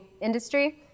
industry